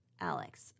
Alex